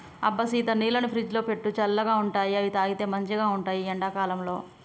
అబ్బ సీత నీళ్లను ఫ్రిజ్లో పెట్టు చల్లగా ఉంటాయిఅవి తాగితే మంచిగ ఉంటాయి ఈ ఎండా కాలంలో